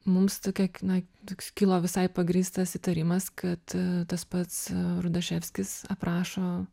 mums tokia k na toks kilo visai pagrįstas įtarimas kad tas pats rudaševskis aprašo